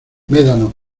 médanos